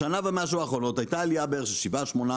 בשנה ומשהו האחרונות הייתה עלייה של בערך 7%-8%,